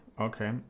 okay